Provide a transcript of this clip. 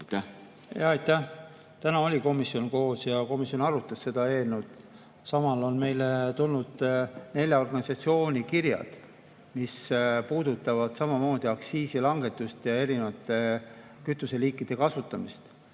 Täna oli komisjon koos ja komisjon arutas seda eelnõu. Samas on meile tulnud nelja organisatsiooni kirjad, mis puudutavad samamoodi aktsiisilangetust ja eri kütuseliikide kasutamist.